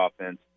offense